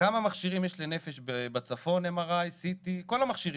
כמה מכשירים יש לנפש בצפון, MRI, CT, כל המכשירים?